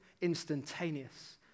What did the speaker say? instantaneous